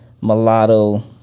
mulatto